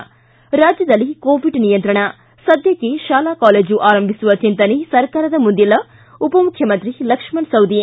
ಿ ರಾಜ್ಬದಲ್ಲಿ ಕೋವಿಡ್ ನಿಯಂತ್ರಣ ಸದ್ದಕ್ಷೆ ಶಾಲಾ ಕಾಲೇಜು ಆರಂಭಿಸುವ ಚಿಂತನೆ ಸರ್ಕಾರದ ಮುಂದಿಲ್ಲ ಉಪಮುಖ್ಯಮಂತ್ರಿ ಲಕ್ಷ್ಮಣ ಸವದಿ